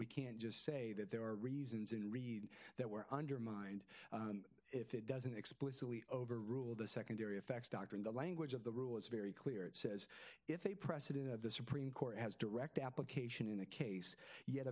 we can't just say that there are reasons in read that were undermined if it doesn't explicitly overrule the secondary effects doctrine the language of the rule is very clear it says if a precedent of the supreme court has direct application in a case yet